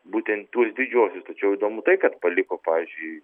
būtent tuos didžiuosius tačiau įdomu tai kad paliko pavyzdžiui